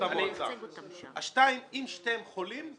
אם שניהם חולים,